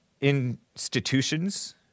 institutions